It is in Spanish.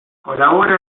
colabora